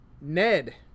Ned